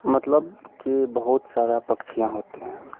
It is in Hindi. मतलब कि बहुत सारा पक्षियाँ होती हैं